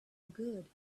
good